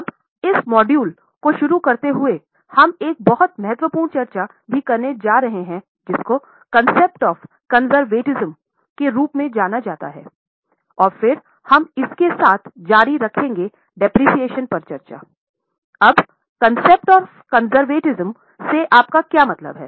अब इस मॉड्यूल को शुरू करते हुए हम एक बहुत महत्वपूर्ण चर्चा भी करने जा रहे हैं जिसको के रूप में जाना जाता है और फिर हम इसके साथ जारी रहेंगे मूल्यह्रास से आपका क्या मतलब है